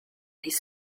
his